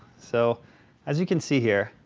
so as you can see here,